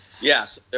Yes